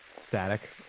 Static